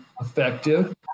effective